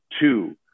two